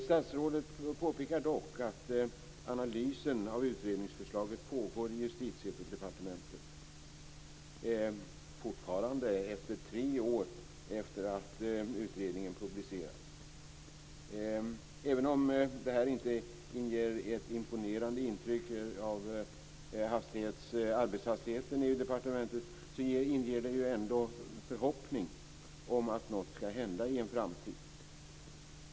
Statsrådet påpekar dock att analysen av utredningsförslaget fortfarande pågår i Justitiedepartementet tre år efter det att utredningen publicerats. Även om det inte ger ett imponerande intryck av departementets arbetshastighet inger det ändå en förhoppning om att något skall hända i en framtid.